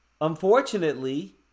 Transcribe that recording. unfortunately